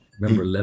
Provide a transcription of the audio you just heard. Remember